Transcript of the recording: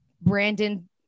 Brandon